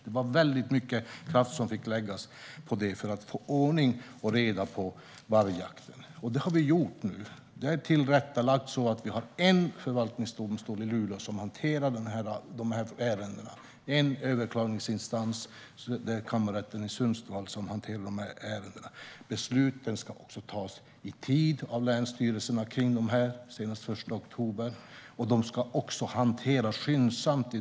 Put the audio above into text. Man fick lägga mycket kraft på det för att få ordning och reda i vargjakten. Och det har vi gjort nu. Nu finns det en förvaltningsdomstol i Luleå som hanterar dessa ärenden. Överklagningsinstans är Kammarrätten i Sundsvall. Besluten ska fattas i tid av länsstyrelserna, senast den 1 oktober. Domstolen ska också hantera ärendena skyndsamt.